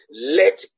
Let